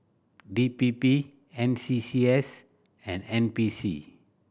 D P P N C C S and N P C